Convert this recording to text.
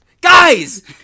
Guys